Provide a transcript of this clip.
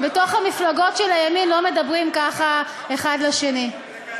בתוך המפלגות של הימין לא מדברים ככה זה על זה.